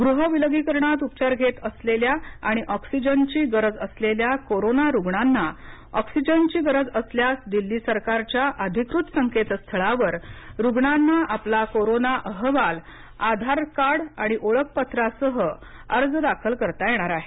गृह विलगीकारणात उपचार घेत असलेल्या आणि ऑक्सिजनची गरज असलेल्या कोरोनारुग्णांना ऑक्सिजनची गरज असल्यास दिल्लीसरकारच्या अधिकृत संकेतस्थळावर रुग्णांना आपला कोरोना अहवाल आधार कार्डआणिओळखपत्रासह अर्ज दाखल करता येणार आहे